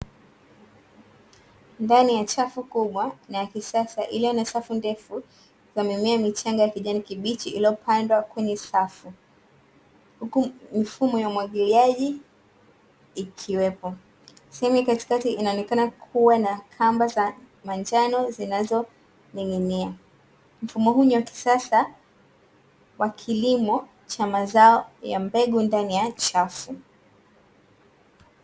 Ndani ya chafu kubwa na ya kisasa iliyo na safu ndefu za mimea michanga ya kijani kibichi, iliyopandwa kwenye safu. Huku mifumo ya umwagiliaji ikiwepo. Sehemu ya katikati inaonekana kuwa na kamba za manjano zinazoning’inia. Mfumo huu ni wa kisasa wa kilimo cha mazao ya mbegu ndani ya chafu.